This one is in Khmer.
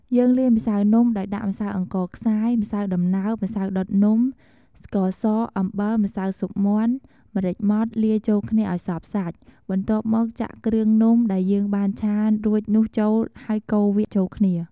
យើងលាយម្សៅនំដោយដាក់ ម្សៅអង្ករខ្សាយ ម្សៅដំណើប ម្សៅដុតនំ ស្ករស អំបិល ម្សៅស៊ុបមាន់ ម្រេចម៉ដ្ឋ លាយចូលគ្នាឱ្យសព្វសាច់ បន្ទាប់មកចាក់គ្រឿងនំដែលយើងបានឆារួចនោះចូលហើយកូរវាចូលគ្នា។